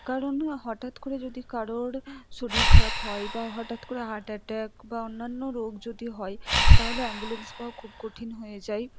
কারণ না হঠাৎ করে যদি কারোর শরীর খারাপ হয় বা হঠাৎ করে হার্ট অ্যাটাক বা অন্যান্য রোগ যদি হয় তাহলে অ্যাম্বুলেন্স পাওয়া খুব কঠিন হয়ে যায়